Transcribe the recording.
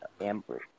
Amber